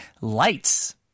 Lights